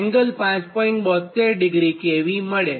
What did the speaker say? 72° kV થાય